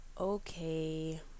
okay